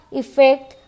effect